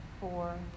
four